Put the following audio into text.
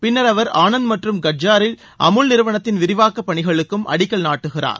பின்னர் அவர் ஆனந்த் மற்றும் கட்ராஜில் அமுல் நிறுவனத்தின் விரிவாக்க பணிகளுக்கும் அவர் அடிக்கல் நாட்டுகிறார்